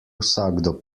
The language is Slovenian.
vsakdo